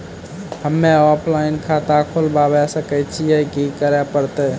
हम्मे ऑफलाइन खाता खोलबावे सकय छियै, की करे परतै?